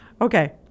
Okay